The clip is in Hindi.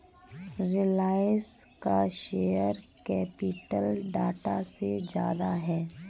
रिलायंस का शेयर कैपिटल टाटा से ज्यादा है